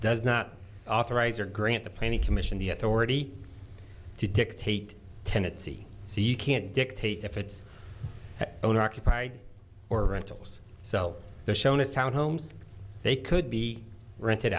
does not authorize or grant the planning commission the authority to dictate tenet c so you can't dictate if it's owner occupied or rentals so they're shown as town homes they could be rented